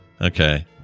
Okay